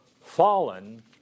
fallen